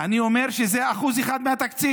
אני אומר שזה 1% מהתקציב.